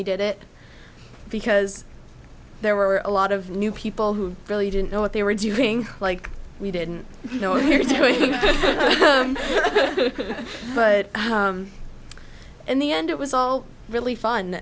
we did it because there were a lot of new people who really didn't know what they were doing like we didn't know we're doing this but in the end it was all really fun